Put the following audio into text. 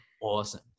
Awesome